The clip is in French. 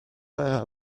pas